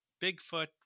Bigfoot